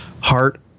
heart